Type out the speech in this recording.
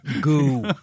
Goo